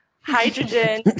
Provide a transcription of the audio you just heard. Hydrogen